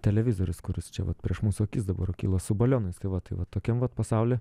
televizorius kuris čia vat prieš mūsų akis dabar kylą su balionais tai va tai va tokiam vat pasauly